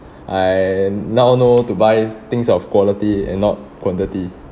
I now know to buy things of quality and not quantity